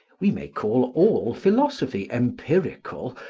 we may call all philosophy empirical,